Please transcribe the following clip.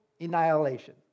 annihilation